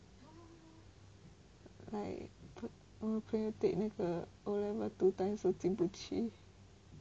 like 我朋友 take 那个 o level two times 都进不去